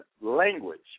language